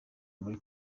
muri